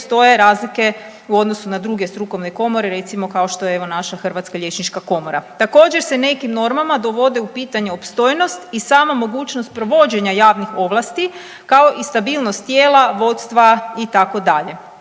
postoje razlike u odnosu na druge strukovne komore, recimo, kao što je, evo, naša Hrvatska liječnička komora. Također se nekim normama dovode u pitanje opstojnost i sama mogućnost provođenja javnih ovlasti, kao i stabilnost tijela, vodstva, itd.